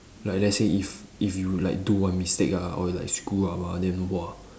like let's say if if you like do one mistake ah or like screw up ah then !wah!